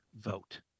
vote